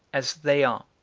as they are.